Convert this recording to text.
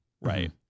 Right